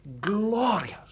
glorious